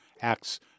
acts